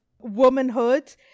womanhood